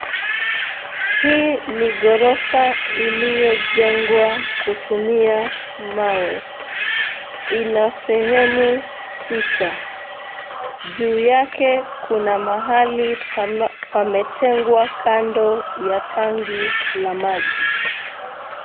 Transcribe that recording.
Hii ni ghorofa iliyojengwa kutumia mawe, ina sehemu sita, juu yake, kuna mahali pametengwa kando ya tanki la maji.